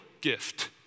gift